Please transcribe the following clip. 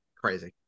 Crazy